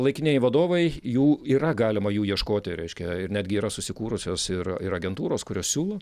laikinieji vadovai jų yra galima jų ieškoti reiškia ir netgi yra susikūrusios ir ir agentūros kurios siūlo